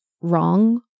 wrong